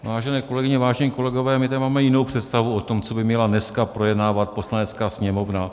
Vážené kolegyně, vážení kolegové, my tady máme jinou představu o tom, co by měla dneska projednávat Poslanecká sněmovna.